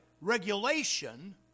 regulation